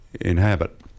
Inhabit